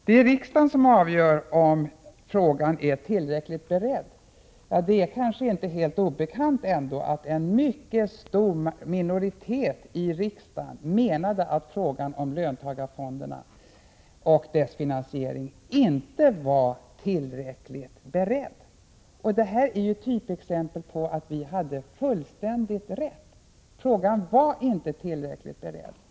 Det är riksdagen som avgör om frågan är tillräckligt beredd. Det är kanske inte helt obekant ändå att en mycket stor minoritet i riksdagen menade att frågan om löntagarfonderna och deras finansiering inte var tillräckligt beredd. Detta är ju typexempel på att vi hade fullständigt rätt. Frågan var inte tillräckligt beredd.